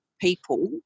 people